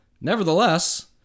Nevertheless